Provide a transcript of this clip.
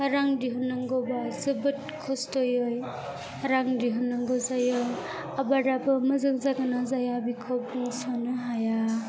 रां दिहुननांगौबा जोबोद खस्त'यै रां दिहुननांगौ जायो आबादाबो मोजां जागोन ना जाया बेखौ साननो हाया